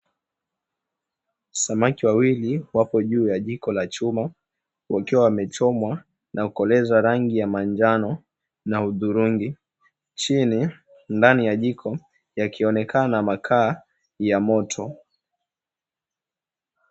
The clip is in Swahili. Samaki wawili wako juu ya jiko la chuma wakiwa wamechomwa nakukoleza rangi ya manjano na hudhurungi, chini ndani ya jiko yakionekana makaa ya moto.